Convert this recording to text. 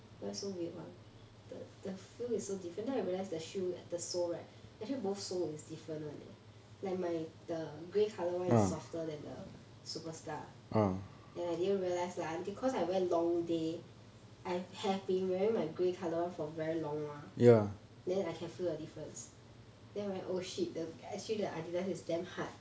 why so weird one the the feel is so different then I realise the shoe the sole actually both sole is different [one] leh like my the grey colour one is softer than the superstar and I didn't realise lah because I wear long day I have been wearing my grey colour one for very long mah then I can feel the difference then when oh shit the actually the adidas is damn hard